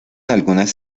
algunas